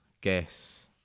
guess